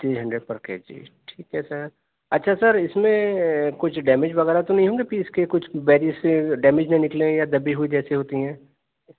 three hundred per K G ٹھیک ہے sir اچھا سر اِس میں کچھ ڈیمیج وغیرہ تو نہیں ہوں گے پیس اِس کے کچھ ڈیمیج نہ نکلیں یا دبی ہوئی جیسے ہوتی ہیں